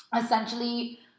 Essentially